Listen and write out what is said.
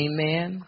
Amen